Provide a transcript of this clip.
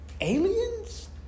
aliens